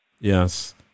Yes